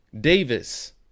Davis